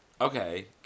Okay